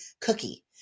cookie